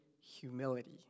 humility